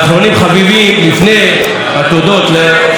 לפני התודות לצוות,